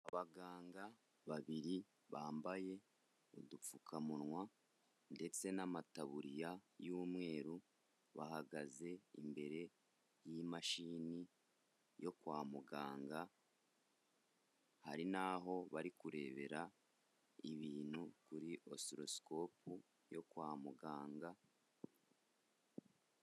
Abaganga babiri bambaye udupfukamunwa ndetse n'amataburiya y'umweru bahagaze imbere y'imashini yo kwa muganga, hari n'aho bari kurebera ibintu kuri osirosikopu yo kwa muganga.